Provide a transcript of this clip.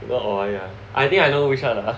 ya I think I know which one lah !huh!